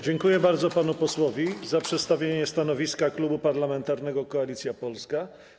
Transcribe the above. Dziękuję bardzo panu posłowi za przedstawienie stanowiska Klubu Parlamentarnego Koalicja Polska.